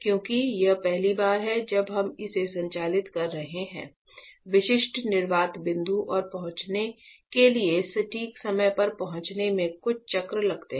क्योंकि यह पहली बार है जब हम इसे संचालित कर रहे हैं विशिष्ट निर्वात बिंदुओं पर पहुंचने के लिए सटीक समय पर पहुंचने में कुछ चक्र लगते हैं